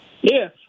Yes